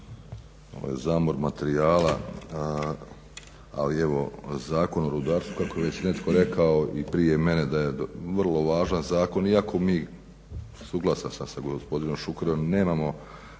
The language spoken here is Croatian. Ovo je zamor materijala, ali evo Zakon o rudarstvu kako je već netko rekao i prije mene, da je vrlo važan zakon, iako mi, suglasan sam sa gospodinom Šukerom, nemamo,